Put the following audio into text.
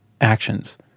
actions